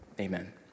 amen